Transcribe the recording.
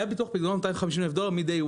היה ביטוח פקדונות של 250 אלף דולר ממש מההתחלה.